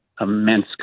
immense